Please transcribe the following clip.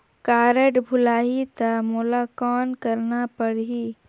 Card भुलाही ता मोला कौन करना परही?